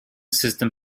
system